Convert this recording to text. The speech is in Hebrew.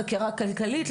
חקירה כלכלית,